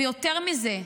ויותר מזה,